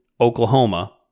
Oklahoma